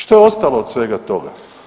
Što je ostalo od svega toga?